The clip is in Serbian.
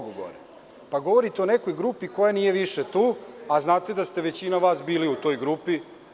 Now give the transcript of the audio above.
Govorite o nekoj grupi koja nije više tu, a znate da ste većina vas bili u toj grupi.